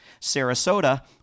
Sarasota